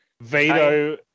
Veto